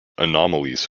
anomalies